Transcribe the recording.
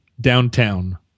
downtown